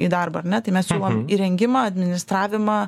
į darbą ar ne tai mes siūlom įrengimą administravimą